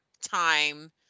time